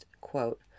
quote